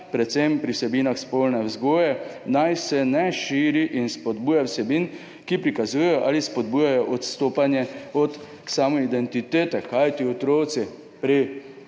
predvsem pri vsebinah spolne vzgoje, ne širi in spodbuja vsebin, ki prikazujejo ali spodbujajo odstopanje od samoidentitete, kajti otroci pri